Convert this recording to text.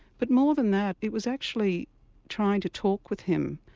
but more than that it was actually trying to talk with him,